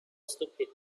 stupid